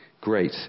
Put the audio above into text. Great